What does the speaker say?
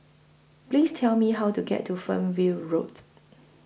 Please Tell Me How to get to Fernvale Road